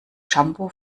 shampoo